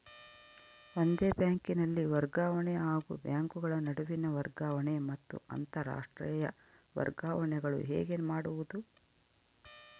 ಒಂದೇ ಬ್ಯಾಂಕಿನಲ್ಲಿ ವರ್ಗಾವಣೆ ಹಾಗೂ ಬ್ಯಾಂಕುಗಳ ನಡುವಿನ ವರ್ಗಾವಣೆ ಮತ್ತು ಅಂತರಾಷ್ಟೇಯ ವರ್ಗಾವಣೆಗಳು ಹೇಗೆ ಮಾಡುವುದು?